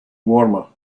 warmer